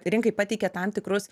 rinkai pateikia tam tikrus